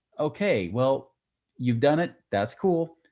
okay, well you've done it. that's cool.